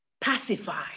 pacify